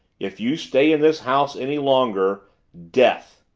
if you stay in this house any longer death.